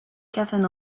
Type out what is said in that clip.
given